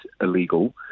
illegal